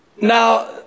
Now